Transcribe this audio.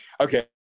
Okay